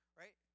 right